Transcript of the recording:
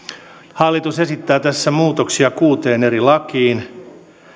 hallitus esittää tässä muutoksia kuuteen eri lakiin